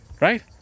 right